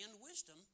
wisdom